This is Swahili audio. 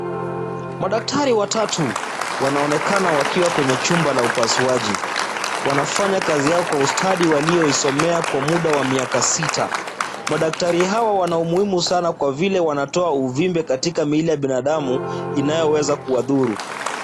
Madaktari watatu wanaonekana wakiwa kwenye nyumba la upasuaji , wanafanya kazi yao kwa ustadi waliyoisomea kwa mda wa miaka sita, madaktari hawa wana umuhimu sana kwa vile wanatoa uvimbe katika miili ya binadamu inayoweza kuwadhuru.